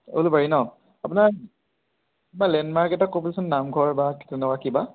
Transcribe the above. উলুবাৰী ন আপোনাৰ কিবা লেন মাৰ্ক এটা ক'বচোন নামঘৰ বা তেনেকুৱা কিবা